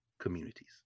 communities